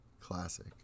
Classic